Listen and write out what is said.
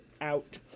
out